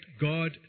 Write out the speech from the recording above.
God